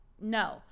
no